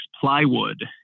plywood